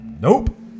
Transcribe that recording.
Nope